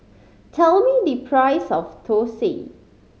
tell me the price of thosai